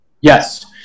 Yes